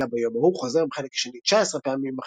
המטבע "ביום ההוא" חוזר בחלק השני תשע-עשרה פעמים,